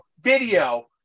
video